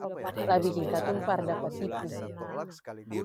Lah biking katong par dapa tipu.